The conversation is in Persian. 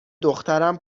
دخترم